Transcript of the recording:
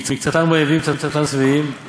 מקצתן רעבים ומקצתן שבעים,